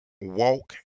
walk